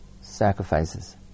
sacrifices